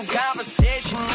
conversation